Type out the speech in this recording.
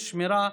שמירה,